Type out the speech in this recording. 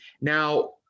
Now